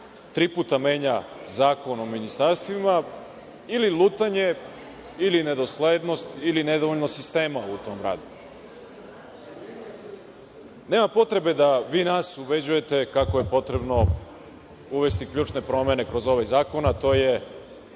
tri puta menja Zakon o ministarstvima ili lutanje, ili nedoslednost ili nedovoljno sistema u tom radu. Nema potrebe da vi nas ubeđujete kako je potrebno uvesti ključne promene kroz ovaj zakon, a to je